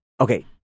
okay